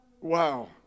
Wow